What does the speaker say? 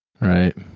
Right